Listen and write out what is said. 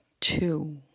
Two